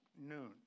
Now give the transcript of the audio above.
noon